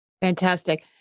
Fantastic